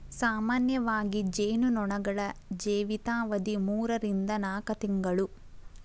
ಸಾಮಾನ್ಯವಾಗಿ ಜೇನು ನೊಣಗಳ ಜೇವಿತಾವಧಿ ಮೂರರಿಂದ ನಾಕ ತಿಂಗಳು